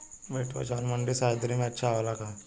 बैठुआ चावल ठंडी सह्याद्री में अच्छा होला का?